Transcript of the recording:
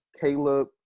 Caleb